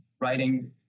writing